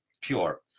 pure